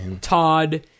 Todd